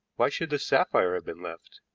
why should the sapphire have been left?